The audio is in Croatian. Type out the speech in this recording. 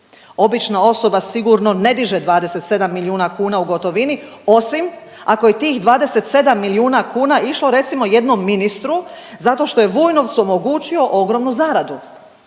Obična osoba sigurno ne diže 27 milijuna kuna u gotovini osim ako je tih 27 milijuna kuna išlo recimo jednom ministru zato što je Vujnovcu omogućio ogromnu zaradu.